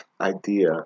idea